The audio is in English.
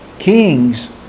Kings